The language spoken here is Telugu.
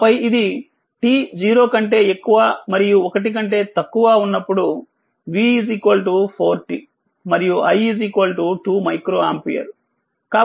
ఆపై ఇది t 0 కంటే ఎక్కువ మరియు 1 కంటే తక్కువగా ఉన్నప్పుడు v4tమరియుi2మైక్రోఆంపియర్